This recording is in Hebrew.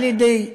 על-ידי השב"ס,